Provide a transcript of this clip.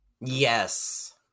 Yes